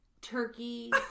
turkey